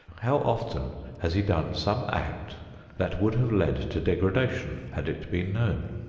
how often has he done some act that would have led to degradation had it been known?